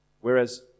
Whereas